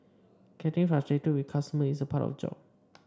getting frustrated with customers is part of the job